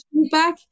feedback